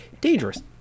Dangerous